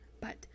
but-